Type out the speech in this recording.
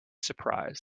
surprised